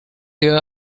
year